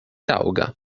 taŭga